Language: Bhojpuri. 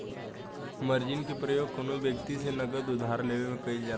मार्जिन के प्रयोग कौनो व्यक्ति से नगद उधार लेवे में कईल जाला